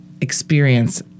experience